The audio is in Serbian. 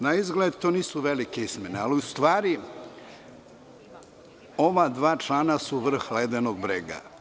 Naizgled, to nisu velike izmene, ali u stvari ova dva člana su vrh ledenog brega.